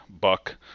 buck